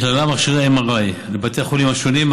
ובכללם מכשירי MRI, לבתי החולים השונים.